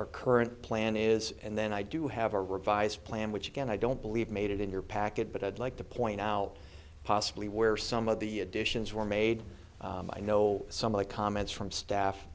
our current plan is and then i do have a revised plan which again i don't believe made it in your package but i'd like to point out possibly where some of the additions were made i know some of the comments from staff